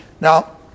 Now